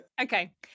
Okay